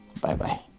Bye-bye